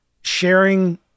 sharing